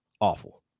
awful